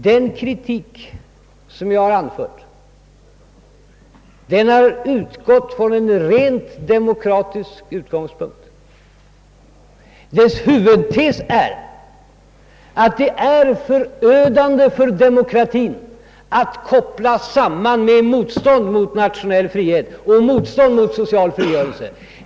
Den kritik som jag har anfört har utgått från en rent demokratisk utgångspunkt. Dess huvudtes är att det är förödande för demokratin att kopplas samman med motstånd mot nationell frihet och motstånd mot social frigörelse.